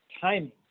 timing